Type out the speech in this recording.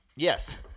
Yes